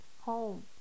home